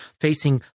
facing